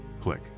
Click